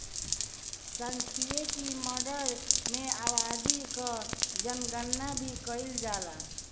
सांख्यिकी माडल में आबादी कअ जनगणना भी कईल जाला